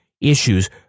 issues